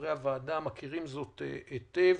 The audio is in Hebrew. וחברי הוועדה מכירים זאת היטב.